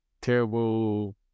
terrible